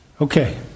Okay